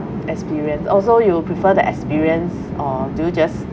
experience also you prefer the experience or do you just